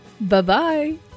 Bye-bye